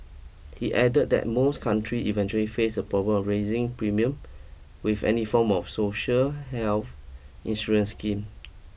he added that most countries eventually face the problem of rising premium with any form of social health insurance scheme